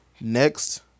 Next